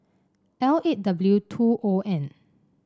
L eight W two O N